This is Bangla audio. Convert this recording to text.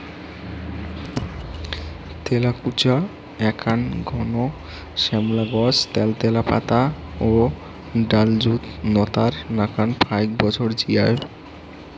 তেলাকুচা এ্যাকনা ঘন শ্যামলা গছ ত্যালত্যালা পাতা ও ডালযুত নতার নাকান ফাইক বছর জিয়ায়